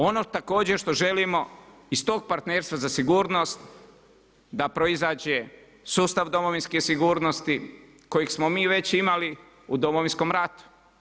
Ono također što želimo iz tog partnerstva za sigurnost da proizađe sustav domovinske sigurnosti kojeg smo mi već imali u Domovinskom ratu.